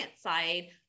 side